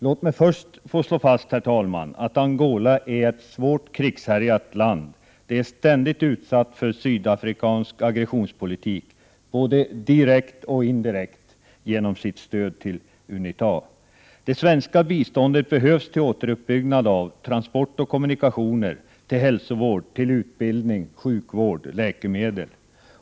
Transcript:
Låt mig först, herr talman, få slå fast att Angola är ett svårt krigshärjat land som ständigt är utsatt för sydafrikansk aggressionspolitik, både direkt och indirekt genom Sydafrikas stöd till Unita. Det svenska biståndet behövs till återuppbyggnad av transporter och kommunikationer, till hälsovård, utbildning, sjukvård och läkemedel.